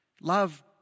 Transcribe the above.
love